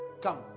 come